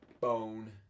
Bone